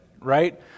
right